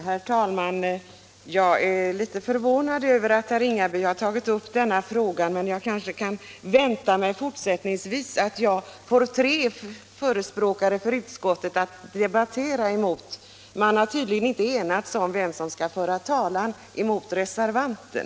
Pensionspoäng på Herr talman! Jag är förvånad över att herr Ringaby har tagit upp denna = sidoinkomster för fråga, men jag kanske i fortsättningen kan vänta mig att jag får tre fö — person med partiell respråkare för utskottet att debattera mot. Man har tydligen inte enats = förtidspension, om vem som skall föra talan mot reservationen.